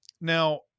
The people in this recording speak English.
now